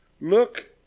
Look